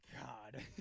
God